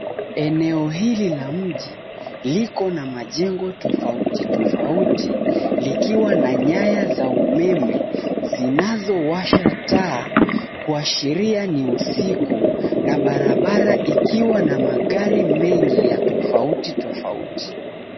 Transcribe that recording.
Eneo hili la mji likona majengo tofauti tofauti, likiwa na nyaya za umeme zinazowasha taa kuashiria ni usiku na barabara ikiwa na magari mengi ya tofauti tofauti.